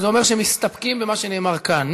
מי שבעד, זה אומר שמסתפקים במה שנאמר כאן.